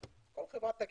כל חברה תגיש.